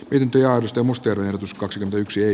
yhtiö osti muster ehdotus kaksi yksi ei